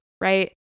right